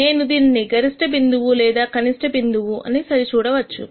నేను దీనిని గరిష్ట బిందువు లేదా కనిష్ట బిందువు ని సరి చూడవచ్చు